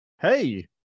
Hey